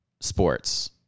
sports